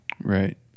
Right